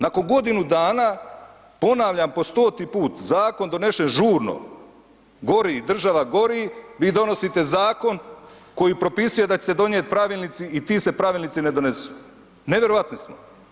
Nakon godinu dana, ponavljam po stoti put, zakon donešen žurno, gori, država gori, vi donosite zakon koji propisuje da će se donijeti pravilnici i ti se pravilnici ne donesu, nevjerojatni smo.